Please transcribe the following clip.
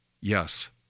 Yes